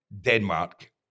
Denmark